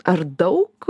ar daug